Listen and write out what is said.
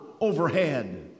overhead